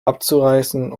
abzureißen